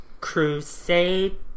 crusade